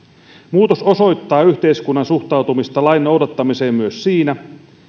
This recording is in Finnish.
muutos osoittaa yhteiskunnan suhtautumista lain noudattamiseen myös siinä